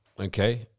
Okay